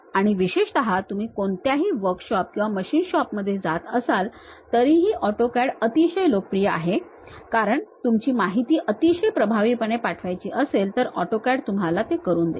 आणि विशेषत तुम्ही कोणत्याही वर्कशॉप किंवा मशीन शॉप मध्ये जात असाल तरीही ऑटोकॅड अतिशय लोकप्रिय आहे कारण तुम्हाला तुमची माहिती अतिशय प्रभावीपणे पाठवायची असेल तर AutoCAD तुम्हाला ते करून देते